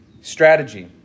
strategy